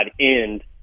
end